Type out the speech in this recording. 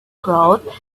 crowd